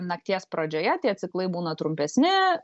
nakties pradžioje tie ciklai būna trumpesni